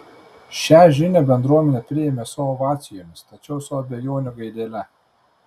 šia žinią bendruomenė priėmė su ovacijomis tačiau su abejonių gaidele